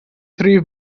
three